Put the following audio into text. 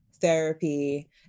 therapy